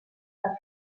per